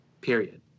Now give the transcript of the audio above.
period